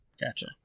Gotcha